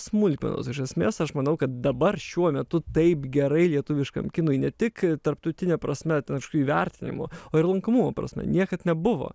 smulkmenos iš esmės aš manau kad dabar šiuo metu taip gerai lietuviškam kinui ne tik tarptautine prasme ten aišku įvertinimo o ir lankomumo prasme niekad nebuvo